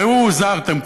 ראו הוזהרתם,